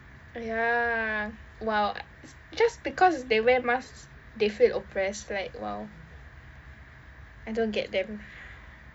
ya !wow! uh just because they wear mask they feel oppressed like !wow! I don't get them